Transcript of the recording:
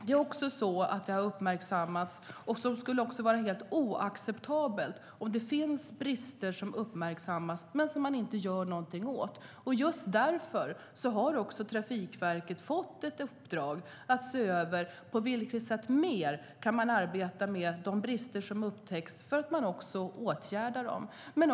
Det har också uppmärksammats, och det skulle vara helt oacceptabelt om det finns brister som uppmärksammas men som man inte gör något åt. Därför har också Trafikverket fått i uppdrag att se över på vilka fler sätt man kan arbeta med de brister som upptäcks, så att man också åtgärdar dem.